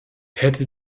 hätte